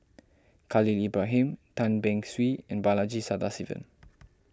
Khalil Ibrahim Tan Beng Swee and Balaji Sadasivan